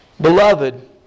Beloved